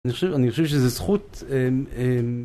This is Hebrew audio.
אני חוש.. אני חושב שזו זכות. אמ.. אמ..